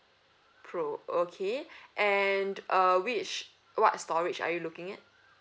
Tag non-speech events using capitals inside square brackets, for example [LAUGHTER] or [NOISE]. pro okay [BREATH] and uh which what storage are you looking at